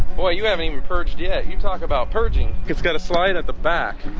ah you haven't even purged yeah you talk about purging it's got a slide at the back